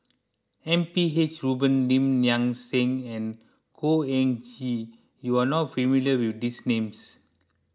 M P H Rubin Lim Nang Seng and Khor Ean Ghee you are not familiar with these names